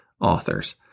authors